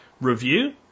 review